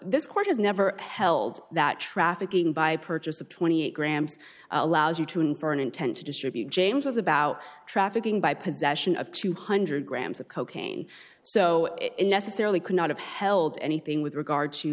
s court has never held that trafficking by purchase of twenty eight grams allows you to infer an intent to distribute it ames was about trafficking by possession of two hundred grams of cocaine so it necessarily could not have held anything with regard to